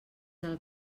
del